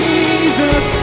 Jesus